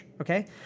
okay